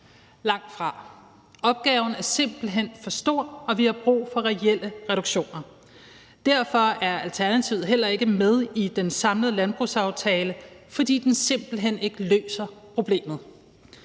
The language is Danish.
langtfra. Opgaven er simpelt hen for stor, og vi har brug for reelle reduktioner. Alternativet er heller ikke med i den samlede landbrugsaftale, fordi den simpelt hen ikke løser problemet.